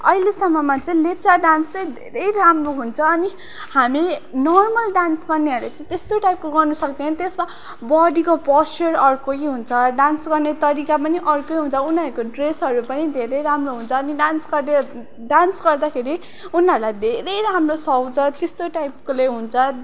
अहिलेसम्ममा चाहिँ लेप्चा डान्स चाहिँ धेरै राम्रो हुन्छ अनि हामी नर्मल डान्स गर्नेहरूले चाहिँ त्यस्तो टाइपको गर्नु सक्दैन त्यसमा बडीको पोस्चर अर्कै हुन्छ डान्स गर्ने तरिका पनि अर्कै हुन्छ उनीहरूको ड्रेसहरू पनि धेरै राम्रो हुन्छ अनि डान्स गरेर डान्स गर्दाखेरि उनीहरूलाई धेरै राम्रो सुहाउँछ त्यस्तो टाइपकोले हुन्छ